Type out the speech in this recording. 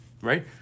right